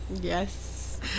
Yes